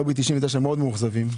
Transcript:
לובי 99 מאוד מאוכזבים,